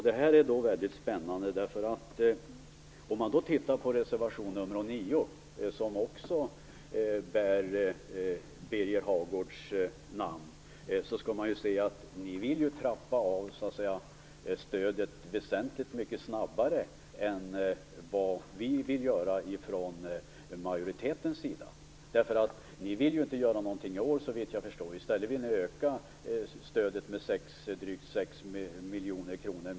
Det är väldigt spännande, för om man tittar på reservation 9, som också bär Birger Hagårds namn, ser man att ni vill trappa av stödet väsentligt mycket snabbare än vad vi från majoritetens sida vill. Ni vill ju inte göra någonting i år såvitt jag förstår. I stället vill ni öka stödet med minst drygt 6 miljoner kronor.